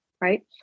right